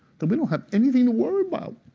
that we don't have anything to worry about.